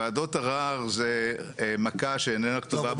ועדות ערר זה מכה שאיננה כתובה.